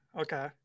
okay